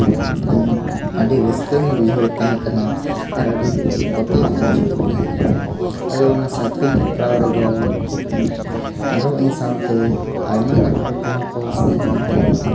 ᱟᱹᱰᱤ ᱨᱟᱹᱥᱠᱟᱹ ᱦᱚᱸᱧ ᱵᱩᱡᱷᱟᱹᱣ ᱛᱟᱦᱮᱸ ᱠᱟᱱᱟ ᱟᱨ ᱟᱹᱰᱤ ᱵᱚᱛᱚᱨ ᱦᱚᱸᱧ ᱵᱩᱡᱷᱟᱹᱣᱮᱫ ᱛᱟᱦᱮᱸ ᱠᱟᱱᱟ ᱟᱫᱚ ᱚᱱᱟ ᱥᱟᱨᱯᱤᱧ ᱦᱮᱯᱨᱟᱣ ᱨᱮᱫᱚ ᱟᱨᱦᱚᱸ ᱤᱧ ᱥᱟᱶᱛᱮ ᱟᱭᱢᱟ ᱦᱚᱲ ᱠᱚᱦᱚᱸ ᱠᱚ ᱥᱮᱱ ᱞᱮᱱ ᱛᱟᱦᱮᱸ ᱠᱟᱱᱟ